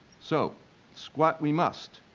so squat we must,